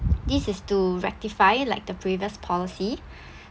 this is to rectify like the previous policy